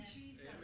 Jesus